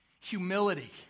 humility